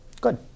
Good